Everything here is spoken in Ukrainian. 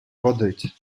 водить